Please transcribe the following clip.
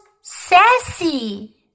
sassy